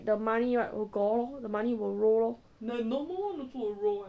the money right will gor the money will roll lor